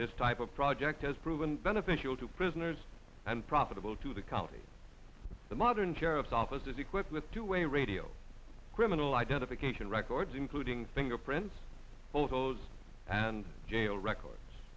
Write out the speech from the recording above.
this type of project has proven beneficial to prisoners and profitable to the county the modern sheriff's office is equipped with two way radio criminal identification records including fingerprints photos and jail records